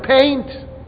paint